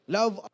love